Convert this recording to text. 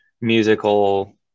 musical